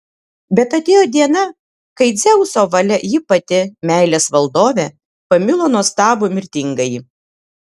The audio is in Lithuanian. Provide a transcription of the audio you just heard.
bet atėjo diena kai dzeuso valia ji pati meilės valdovė pamilo nuostabų mirtingąjį